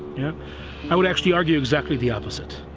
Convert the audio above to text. yeah i would actually argue exactly the opposite.